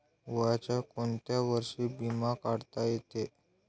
वयाच्या कोंत्या वर्षी बिमा काढता येते?